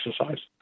exercise